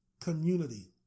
community